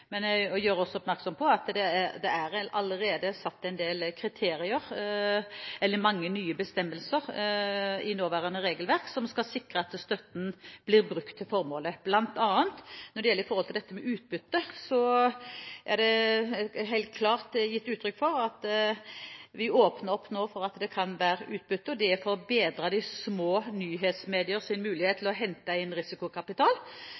men jeg gjør også oppmerksom på at det allerede er mange nye bestemmelser i nåværende regelverk som skal sikre at støtten blir brukt til formålet. Når det gjelder utbytte, er det helt klart gitt uttrykk for at vi nå åpner opp for at det kan tas ut utbytte. Det er for å bedre de små nyhetsmediers mulighet